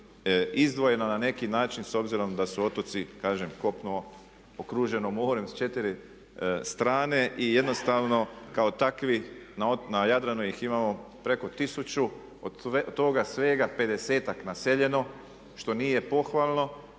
izdvojena na neki način s obzirom da su otoci kažem kopno okruženo morem s 4 strane i jednostavno kao takvi na Jadranu ih imamo preko tisuću, od toga svega 50-tak naseljeno što nije pohvalno